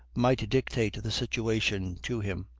might dictate the situation to him.